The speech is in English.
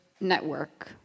network